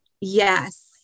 Yes